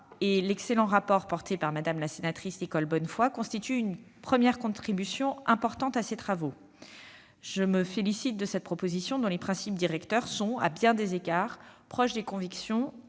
et l'excellent rapport rendu par Mme la sénatrice Nicole Bonnefoy constituent une première contribution importante à ces travaux. Je me félicite donc de ce texte, dont les principes directeurs sont, à bien des égards, proches des convictions